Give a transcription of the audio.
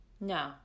No